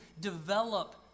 develop